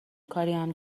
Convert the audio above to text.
کاریم